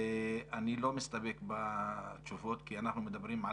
אני לא מסתפק בתשובות כי אנחנו מדברים על